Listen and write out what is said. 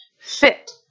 fit